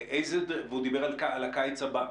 והוא דיבר על הקיץ הבא.